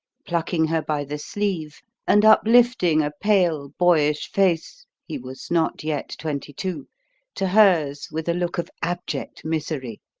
plucking her by the sleeve and uplifting a pale, boyish face he was not yet twenty-two to hers with a look of abject misery.